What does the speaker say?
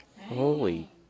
Holy